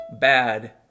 bad